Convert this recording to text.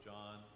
John